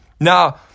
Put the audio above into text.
Now